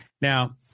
Now